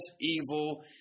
evil